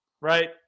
Right